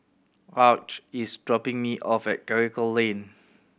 Arch is dropping me off at Karikal Lane